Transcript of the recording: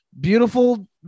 beautiful